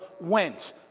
went